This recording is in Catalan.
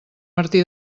martí